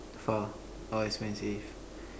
far how expensive